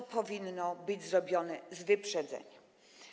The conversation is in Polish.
To powinno być zrobione z wyprzedzeniem.